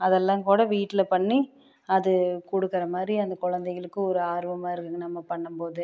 அதெல்லாம் கூட வீட்டில் பண்ணி அது கொடுக்குற மாதிரி அந்த குழந்தைகளுக்கு ஒரு ஆர்மவாக இருக்குது நம்ம பண்ணும் போது